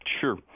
Sure